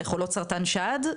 לחולות סרטן השד,